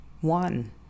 one